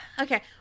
okay